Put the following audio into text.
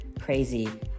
crazy